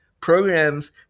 programs